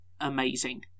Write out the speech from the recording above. amazing